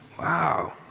Wow